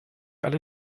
alle